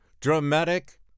Dramatic